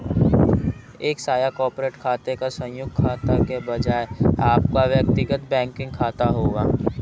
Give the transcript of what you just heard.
एक साझा कॉर्पोरेट खाते या संयुक्त खाते के बजाय आपका व्यक्तिगत बैंकिंग खाता होगा